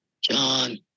John